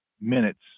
minutes